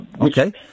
Okay